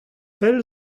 pell